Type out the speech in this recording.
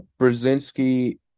Brzezinski